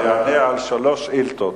הוא יענה על שלוש שאילתות,